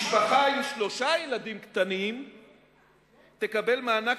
משפחה עם שלושה ילדים קטנים תקבל מענק